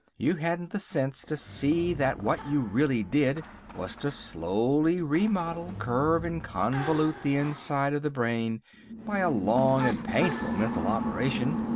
you hadn't the sense to see that what you really did was to slowly remodel, curve and convolute the inside of the brain by a long and painful mental operation.